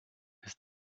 ist